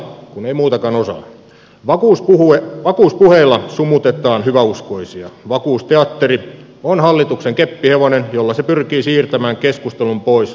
nimi muutetaan osa vakuustileille vakuuspuheilla sumutetaan hyväuskoisia vakuusteatteri on hallituksen keppihevonen jolla se pyrkii siirtämään keskustelun pois